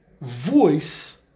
voice